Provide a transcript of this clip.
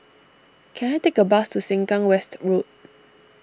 can I take a bus to Sengkang West Road